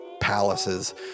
palaces